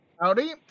Howdy